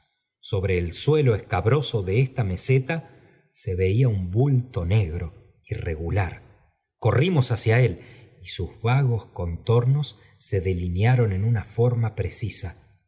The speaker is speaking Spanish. sobre el suelo escabioso de esta meseta ee veía un bulto negro irregular corrimos hacia él y sus vagos contornos se delinearon en una forma precisa